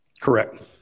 Correct